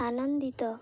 ଆନନ୍ଦିତ